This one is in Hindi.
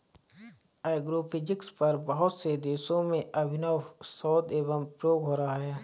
एग्रोफिजिक्स पर बहुत से देशों में अभिनव शोध एवं प्रयोग हो रहा है